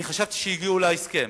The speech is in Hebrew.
אני חשבתי שהגיעו להסכם.